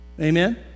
Amen